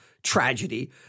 tragedy